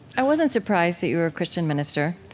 i wasn't surprised that you were a christian minister.